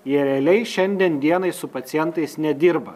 jie realiai šiandien dienai su pacientais nedirba